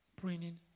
bringing